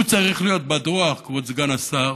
הוא צריך להיות בטוח, כבוד סגן השר,